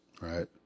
right